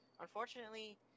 unfortunately